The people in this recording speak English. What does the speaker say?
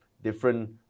different